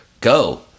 Go